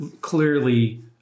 clearly